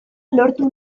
lortu